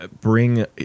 bring